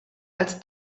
als